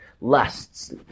lusts